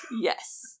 Yes